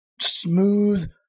smooth